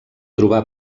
trobar